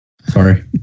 sorry